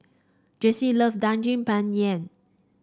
Jesse love Daging Penyet